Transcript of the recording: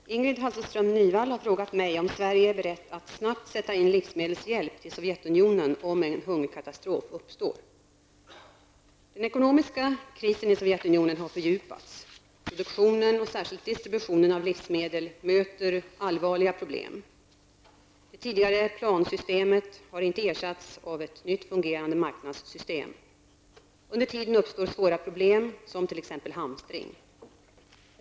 Herr talman! Ingrid Hasselström Nyvall har frågat mig om Sverige är berett att snabbt sätta in livsmedelshjälp till Sovjetunionen om en hungerkatastrof uppstår. Den ekonomiska krisen i Sovjetunionen har fördjupats. Produktionen och särskilt distributionen av livsmedel möter allvarliga problem. Det tidigare plansystemet har inte ersatts av ett nytt fungerande marknadssystem. Under tiden uppstår svåra problem, t.ex. hamstring.